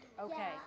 Okay